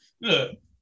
Look